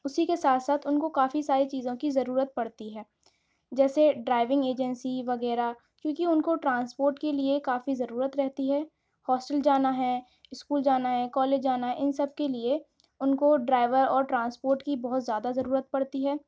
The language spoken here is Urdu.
اسی کے ساتھ ساتھ ان کو کافی ساری چیزوں کی ضرورت پڑتی ہے جیسے ڈرائیونگ ایجنسی وغیرہ کیوں کہ ان کو ٹرانسپورٹ کے لیے کافی ضرورت رہتی ہے ہاسٹل جانا ہے اسکول جانا ہے کالج جانا ہے ان سب کے لیے ان کو ڈرائیور اور ٹرانسپورٹ کی بہت زیادہ ضرورت پڑتی ہے